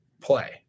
play